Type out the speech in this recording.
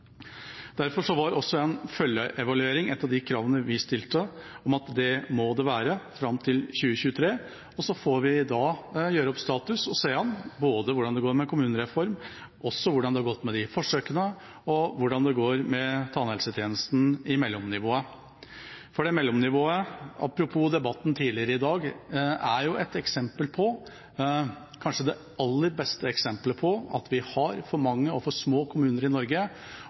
Derfor var også en følgeevaluering et av de kravene vi stilte, og det må det være fram til 2023, og så får vi da gjøre opp status og se an både hvordan det går med kommunereform, hvordan det har gått med de forsøkene og hvordan det går med tannhelsetjenesten i mellomnivået. For det mellomnivået – apropos debatten tidligere i dag – er det aller beste eksempelet på at vi har for mange og for små kommuner i Norge,